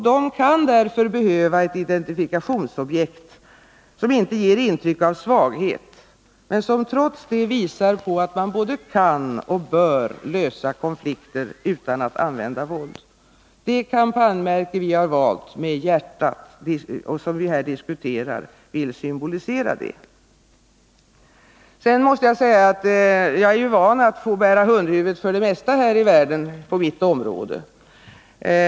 De kan därför behöva ett identifikationsobjekt, som inte ger intryck av svaghet men som trots det visar på att man både kan och bör lösa konflikter utan att använda våld. Det kampanjmärke med hjärtat som vi valt och som vi här diskuterar vill symbolisera det. Jag är van att få bära hundhuvudet för det mesta här i världen på mitt område.